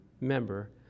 member